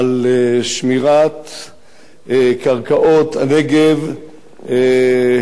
קרקעות הנגב לבדואים בנגב,